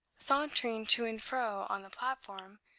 sauntering to and fro on the platform,